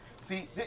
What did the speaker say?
See